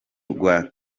rwa